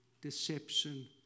deception